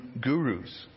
gurus